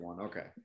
Okay